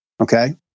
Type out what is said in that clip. Okay